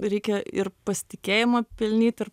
reikia ir pasitikėjimą pelnyt ir